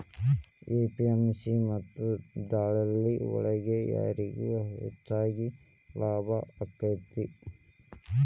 APMC ಮತ್ತ ದಲ್ಲಾಳಿ ಒಳಗ ಯಾರಿಗ್ ಹೆಚ್ಚಿಗೆ ಲಾಭ ಆಕೆತ್ತಿ?